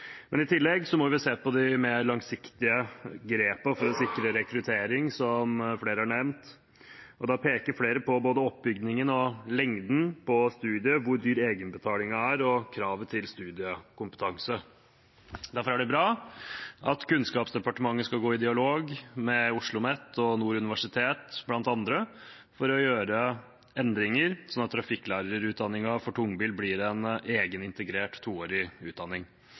I tillegg må vi se på de mer langsiktige grepene for å sikre rekruttering, som flere har nevnt. Da peker flere på både oppbygningen og lengden på studiet, hvor dyr egenbetalingen er, og kravet til studiekompetanse. Derfor er det bra at Kunnskapsdepartementet skal gå i dialog med bl.a. Oslomet og Nord universitet for å gjøre endringer sånn at trafikklærerutdanningen for tungbil blir en egen integrert toårig utdanning.